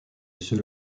seul